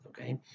okay